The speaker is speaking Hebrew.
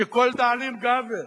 שכל דאלים גבר,